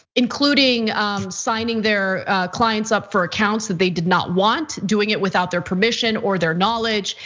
including signing their clients up for accounts that they did not want, doing it without their permission or their knowledge.